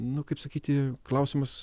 nu kaip sakyti klausimas